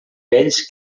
vells